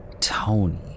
Tony